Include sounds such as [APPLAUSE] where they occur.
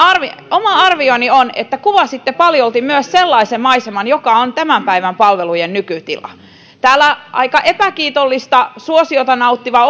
oma arvioni on että kuvasitte paljolti myös sellaisen maiseman joka on tämän päivän palvelujen nykytila täällä opposition keskuudessa aika epäkiitollista suosiota nauttiva [UNINTELLIGIBLE]